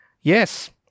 Yes